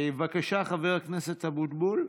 בבקשה, חבר הכנסת אבוטבול.